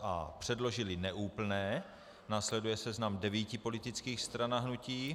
a) předložily neúplné následuje seznam 9 politických stran a hnutí,